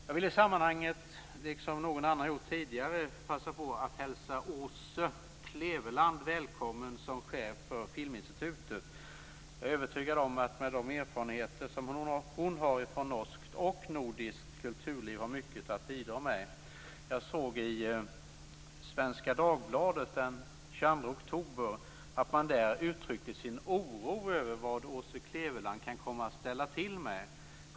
Jag vill i sammanhanget, liksom har gjorts tidigare, hälsa Åse Kleveland välkommen som chef för Filminstitutet. Jag är övertygad om att hon med de erfarenheter hon har från norskt och nordiskt kulturliv har mycket att bidra med. Jag såg i Svenska Dagbladet den 22 oktober att man där uttrycker sin oro över vad Åse Kleveland kan komma att ställa till med.